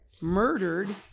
murdered